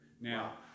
Now